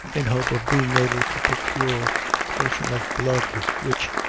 in hope of being able to procure a portion of blood, which,